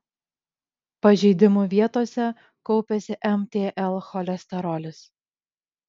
pažeidimų vietose kaupiasi mtl cholesterolis